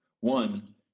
one